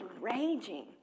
raging